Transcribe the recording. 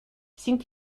sind